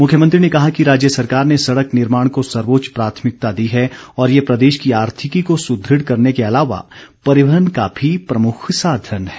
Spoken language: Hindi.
मुख्यमंत्री ने कहा कि राज्य सरकार ने सड़क निर्माण को सर्वोच्च प्राथमिकता दी है और ये प्रदेश की आर्थिकी को सुदृढ़ करने के अलावा परिवहन का भी प्रमुख साधन है